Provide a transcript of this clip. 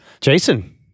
Jason